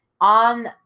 on